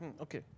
Okay